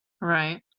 Right